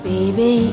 Baby